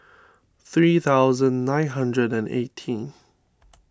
three thousand nine hundred eighteen